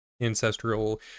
ancestral